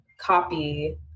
copy